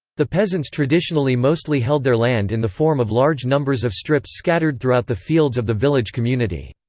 the peasants traditionally mostly held their land in the form of large numbers of strips scattered throughout the fields of the village community.